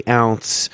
ounce